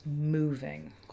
moving